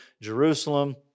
Jerusalem